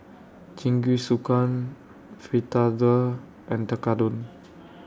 Jingisukan Fritada and Tekkadon